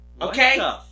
Okay